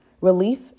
relief